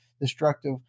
destructive